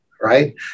right